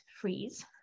freeze